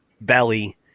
belly